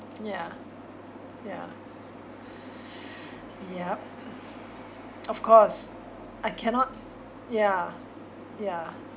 ya ya yup of course I cannot ya ya